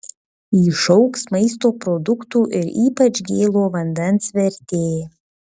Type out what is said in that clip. išaugs maisto produktų ir ypač gėlo vandens vertė